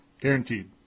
Guaranteed